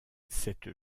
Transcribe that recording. cette